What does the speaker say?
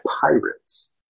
pirates